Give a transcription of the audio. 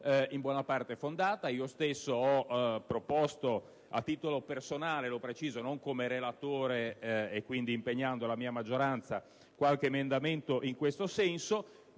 in buona parte fondata; io stesso ho proposto, a titolo personale - lo preciso - e quindi non come relatore e quindi impegnando la mia maggioranza, qualche emendamento in questo senso.